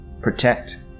protect